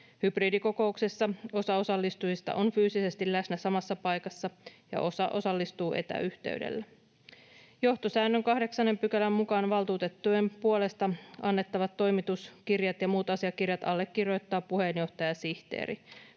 Hybridikokouksessa osa osallistujista on fyysisesti läsnä samassa paikassa ja osa osallistuu etäyhteydellä. Johtosäännön 8 §:n mukaan valtuutettujen puolesta annettavat toimituskirjat ja muut asiakirjat allekirjoittaa puheenjohtaja ja sihteeri.